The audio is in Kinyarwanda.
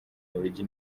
bubiligi